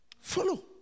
Follow